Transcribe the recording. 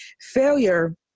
failure